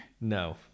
No